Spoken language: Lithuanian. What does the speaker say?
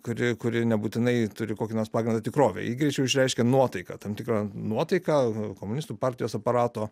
kuri kuri nebūtinai turi kokį nors pagrindą tikrovėj ji greičiau išreiškia nuotaiką tam tikrą nuotaiką komunistų partijos aparato